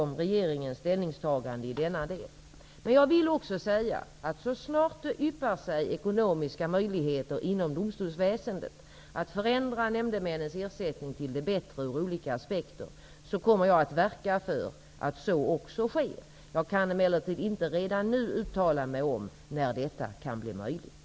Men jag vill också säga att så snart det yppar sig ekonomiska möjligheter inom domstolsväsendet att förändra nämndemännens ersättning till det bättre ur olika aspekter kommer jag att verka för att så också sker. Jag kan emellertid inte redan nu uttala mig om när detta kan bli möjligt.